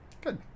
Good